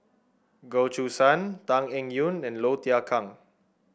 Goh Choo San Tan Eng Yoon and Low Thia Khiang